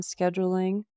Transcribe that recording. scheduling